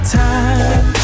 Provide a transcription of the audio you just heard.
time